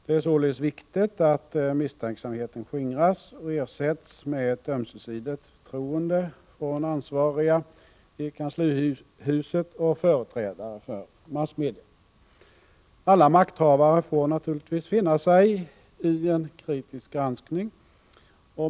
Det är således viktigt att misstänksamheten skingras och ersätts med ett ömsesidigt förtroende mellan ansvariga i departementet och företrädare för massmedia. Alla makthavare får naturligtvis finna sig i en kritisk granskning.